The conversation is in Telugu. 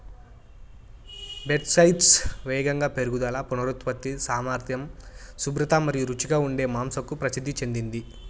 బెర్క్షైర్స్ వేగంగా పెరుగుదల, పునరుత్పత్తి సామర్థ్యం, శుభ్రత మరియు రుచిగా ఉండే మాంసంకు ప్రసిద్ధి చెందింది